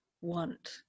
want